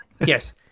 yes